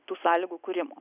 tų sąlygų kūrimo